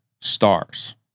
stars